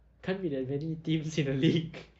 can't be that many teams in a league